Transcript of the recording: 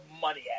money